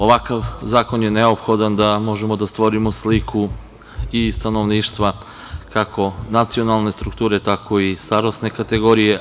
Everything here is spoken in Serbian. Ovakav zakon je neophodan da možemo da stvorimo sliku stanovništva, kako nacionalne strukture, tako i starosne kategorije.